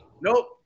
Nope